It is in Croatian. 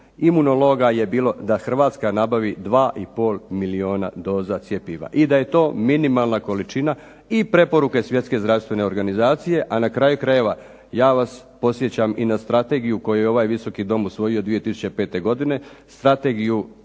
imunologa je bilo da Hrvatska nabavi 2 i pol milijuna doza cjepiva, i da je to minimalna količina i preporuke Svjetske zdravstvene organizacije, a na kraju krajeva ja vas podsjećam i na strategiju koju je ovaj Visoki dom usvojio 2005. godine, strategiju